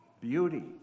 beauty